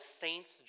saints